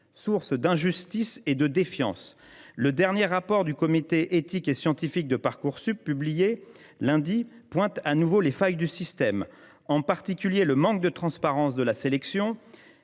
source d’injustices et de défiance. Le dernier rapport du comité éthique et scientifique de Parcoursup, publié lundi dernier, pointe de nouveau les failles du système, en particulier le manque de transparence de la sélection.